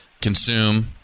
consume